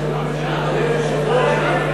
ממשלה.